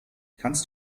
kannst